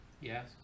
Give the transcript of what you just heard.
Yes